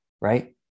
right